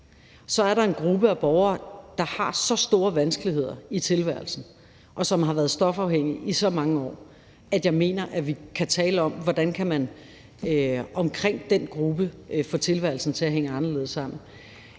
Så er der en gruppe af borgere, der har så store vanskeligheder i tilværelsen, og som har været stofafhængige i så mange år, at jeg mener, at vi kan tale om, hvordan man omkring den gruppe kan få tilværelsen til at hænge anderledes sammen.